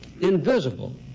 invisible